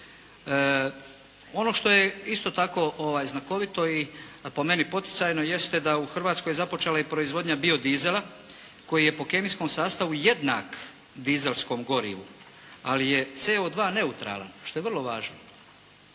Ono što je isto tako znakovito i po meni poticajno jeste da je u Hrvatskoj započela i proizvodnja biodizela koji je po kemijskom sastavu jednak dizelskom gorivu ali je CO2 neutralan, što je vrlo važno.